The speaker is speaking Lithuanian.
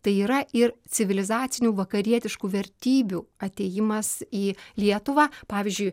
tai yra ir civilizacinių vakarietiškų vertybių atėjimas į lietuvą pavyzdžiui